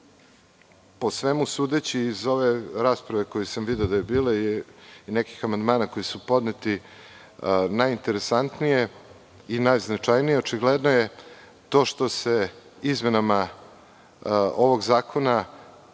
po svemu sudeći, iz ove rasprave koju sam video da je bila i nekih amandmana koji su podneti, najinteresantnije i najznačajnije, očigledno je to što se izmenama ovog zakona